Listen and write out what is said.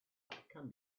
can